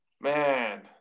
man